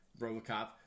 Robocop